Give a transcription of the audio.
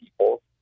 people